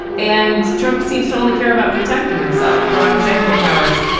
and trump seems to only care about protecting himself broad executive powers.